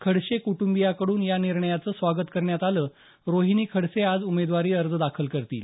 खडसे कुटुंबीयांकडून या निर्णयाचं स्वागत करण्यात आलं रोहिणी खडसे आज उमेदवारी अर्ज दाखल करतील